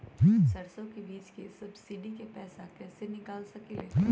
सरसों बीज के सब्सिडी के पैसा कईसे निकाल सकीले?